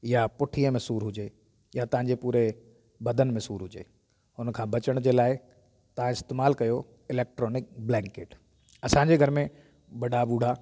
या पुठीअ में सूरु हुजे या तव्हांजे पूरे बदन में सूरु हुजे उनखां बचण जे लाइ तव्हां इस्तेमालु कयो इलेक्ट्रॉनिक ब्लेंकेट असांजे घर में वॾा ॿुड़ा